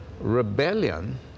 rebellion